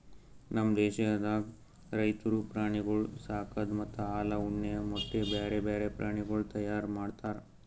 ನಮ್ ದೇಶದಾಗ್ ರೈತುರು ಪ್ರಾಣಿಗೊಳ್ ಸಾಕದ್ ಮತ್ತ ಹಾಲ, ಉಣ್ಣೆ, ಮೊಟ್ಟೆ, ಬ್ಯಾರೆ ಬ್ಯಾರೆ ಪ್ರಾಣಿಗೊಳ್ ತೈಯಾರ್ ಮಾಡ್ತಾರ್